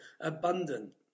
abundant